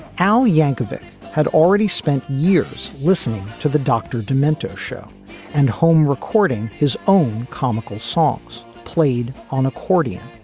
al yankovic had already spent years listening to the dr. demento show and home recording his own comical songs played on accordion.